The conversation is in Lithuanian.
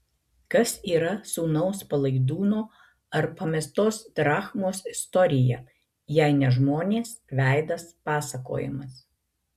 kas yra sūnaus palaidūno ar pamestos drachmos istorija jei ne žmonės veidas pasakojimas